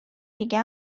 دیگه